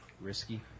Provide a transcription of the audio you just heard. Risky